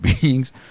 beings